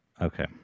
Okay